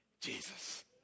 Jesus